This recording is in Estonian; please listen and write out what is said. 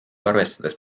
arvestades